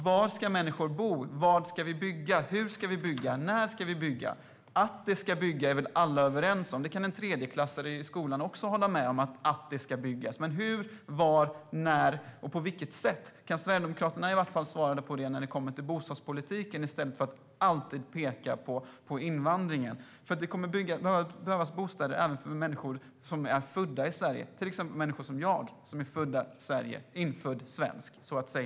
Var ska människor bo? Vad ska vi bygga? Hur ska vi bygga? När ska vi bygga? Att det ska byggas är väl alla överens om. Det kan en tredjeklassare i skolan också hålla med om. Men hur, var, när och på vilket sätt? Kan Sverigedemokraterna svara på det när det gäller bostadspolitiken i stället för alltid peka på invandringen? Det kommer att behövas bostäder även för människor som är så att säga infödda svenskar, till exempel människor som jag.